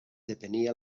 depenia